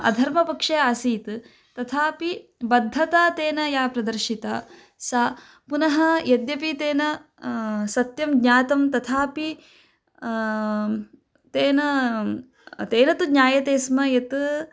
अधर्मपक्षे आसीत् तथापि बद्धता तेन या प्रदर्शिता सा पुनः यद्यपि तेन सत्यं ज्ञातं तथापि तेन तेन तु ज्ञायते स्म यत्